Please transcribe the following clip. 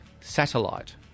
satellite